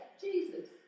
Jesus